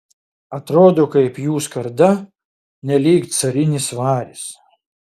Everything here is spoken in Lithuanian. atrodo kaip jų skarda nelyg carinis varis